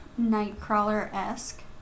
Nightcrawler-esque